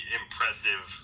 impressive